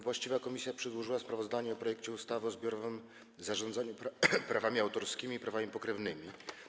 Właściwa komisja przedłożyła sprawozdanie o projekcie ustawy o zbiorowym zarządzaniu prawami autorskimi i prawami pokrewnymi.